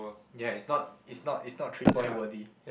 ya it's not it's not it's not three point worthy